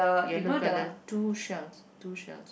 yellow colour two shells two shells